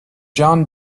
john